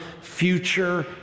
future